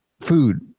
food